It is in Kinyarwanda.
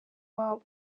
wabo